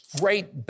great